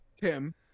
Tim